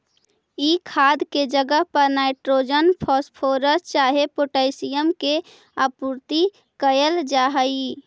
ई खाद के जगह पर नाइट्रोजन, फॉस्फोरस चाहे पोटाशियम के आपूर्ति कयल जा हई